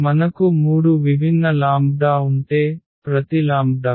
మనకు 3 విభిన్న లాంబ్డాs ఉంటే ప్రతి లాంబ్డాకు